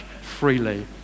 freely